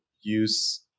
use